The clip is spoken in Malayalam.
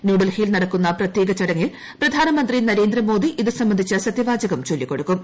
ന്യൂഡൽഹിയിൽ നടക്കുന്ന പ്രത്യേക ചടങ്ങിൽ പ്രധാനമന്ത്രി നരേന്ദ്രമോദി ഇതു സംബന്ധിച്ച സത്യവാചകം ചൊല്ലിക്കൊടുക്കും